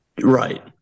right